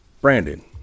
Brandon